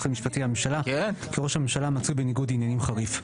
המשפטי לממשלה כי ראש הממשלה מצוי בניגוד עניינים חריף'.